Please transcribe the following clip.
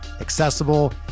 accessible